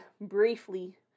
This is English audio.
briefly